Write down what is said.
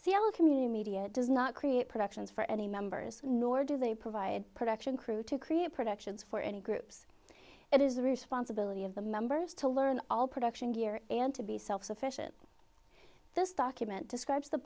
o community media does not create productions for any members nor do they provide production crew to create productions for any groups it is the responsibility of the members to learn all production gear and to be self sufficient this document describes the